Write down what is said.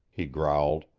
he growled.